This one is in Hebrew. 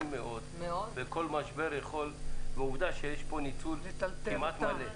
מאוד ועובדה שיש פה ניצול כמעט מלא.